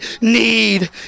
need